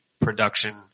production